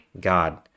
God